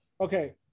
Okay